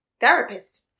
therapist